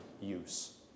use